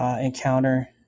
encounter